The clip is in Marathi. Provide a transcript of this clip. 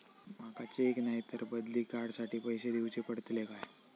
माका चेक नाय तर बदली कार्ड साठी पैसे दीवचे पडतले काय?